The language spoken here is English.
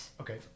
Okay